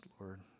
Lord